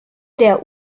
der